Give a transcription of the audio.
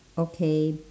okay